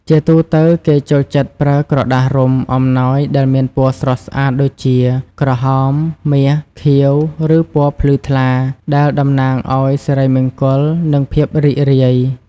ជាទូទៅ គេចូលចិត្តប្រើក្រដាសរុំអំណោយដែលមានពណ៌ស្រស់ស្អាតដូចជា ក្រហម មាស ខៀវ ឬពណ៌ភ្លឺថ្លា ដែលតំណាងឲ្យសិរីមង្គល និងភាពរីករាយ។